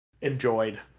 enjoyed